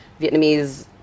Vietnamese